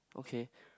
okay